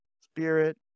Spirit